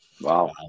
Wow